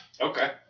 Okay